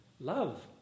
love